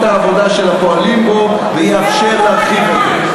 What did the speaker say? העבודה של הפועלים בו ויאפשר להרחיב אותו,